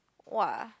!wah!